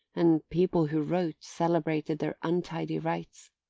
and people who wrote celebrated their untidy rites.